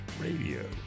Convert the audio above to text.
Radio